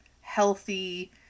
healthy